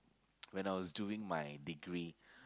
when I was doing my degree